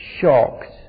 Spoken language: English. shocked